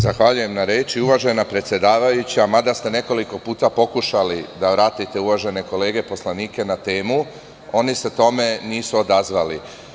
Zahvaljujem na reći uvažena predsedavajuća, mada ste nekoliko puta pokušali da vratite uvažene kolege poslanike na temu, oni se tome nisu odazvali.